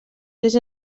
tres